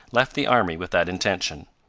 left the army with that intention.